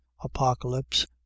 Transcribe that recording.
apocalypse